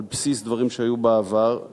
על בסיס דברים שהיו בעבר,